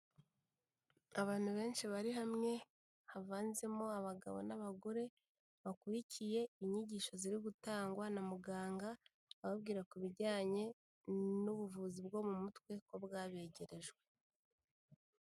Abantu benshi bari hamwe, havanzemo abagabo n'abagore, bakurikiye inyigisho ziri gutangwa na muganga ababwira ku bijyanye n'ubuvuzi bwo mu mutwe ko bwabegerejwe.